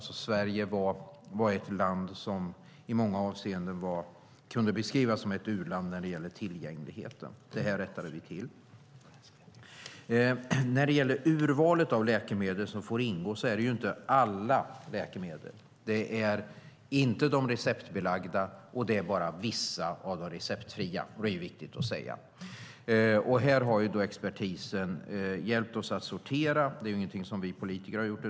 Sverige var ett land som i många avseenden kunde beskrivas som ett u-land när det gäller tillgängligheten. Detta rättade vi till. När det gäller urvalet av läkemedel som får ingå är det inte alla läkemedel. Det är inte de receptbelagda, och det är bara vissa av de receptfria. Det är viktigt att säga. Här har expertisen hjälpt oss att sortera. Det är ingenting som vi politiker har gjort.